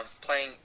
playing